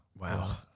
Wow